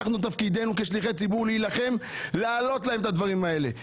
תפקידנו כשליחי ציבור הוא להילחם להעלות להם את הדברים האלה,